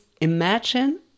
imagine